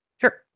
Sure